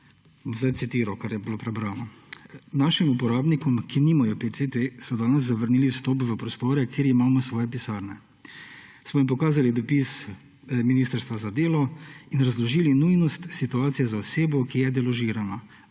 Bom citiral, kar je bilo prebrano: »Našim uporabnikom, ki nimajo PCT, so danes zavrnili vstop v prostore, kjer imamo svoje pisarne. Smo jim pokazali dopis Ministrstva za delo in razložili nujnost situacije za osebo, ki je deložirana,